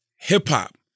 hip-hop